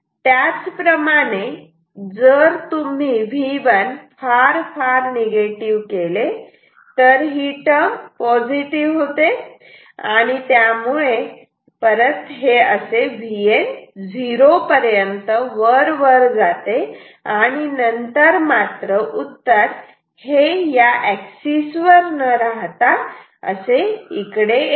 त्याचप्रमाणे जर तुम्ही V1 फार निगेटिव केले तर हि टर्म पॉझिटिव्ह होते आणि त्यामुळे हे असे Vn 0 पर्यंत वर वर जाते आणि नंतर मात्र उत्तर हे या एक्सिस वर न राहता तिकडे येते